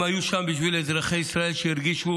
הם היו שם בשביל אזרחי ישראל, שהרגישו